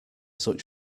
such